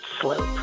slope